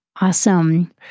Awesome